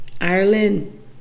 Ireland